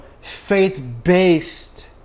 faith-based